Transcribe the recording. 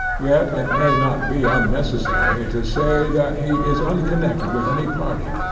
yet it may not be unnecessary to say, that he is unconnected with any party,